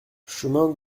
chemin